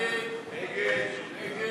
ההסתייגות של חבר הכנסת מיקי רוזנטל לאחרי